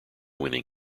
winning